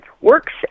works